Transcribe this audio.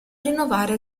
rinnovare